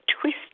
twist